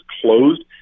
closed